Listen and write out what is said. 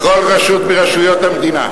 כל רשות מרשויות המדינה,